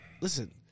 listen